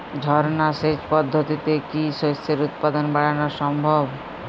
ঝর্না সেচ পদ্ধতিতে কি শস্যের উৎপাদন বাড়ানো সম্ভব?